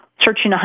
searching